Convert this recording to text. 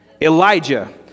Elijah